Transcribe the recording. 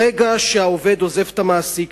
ברגע שהעובד עוזב את המעסיק,